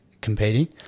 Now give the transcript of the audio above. competing